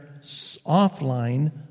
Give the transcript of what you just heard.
offline